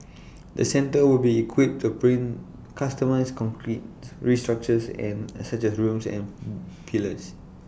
the centre will be equipped to print customised concrete structures and A such as rooms and pillars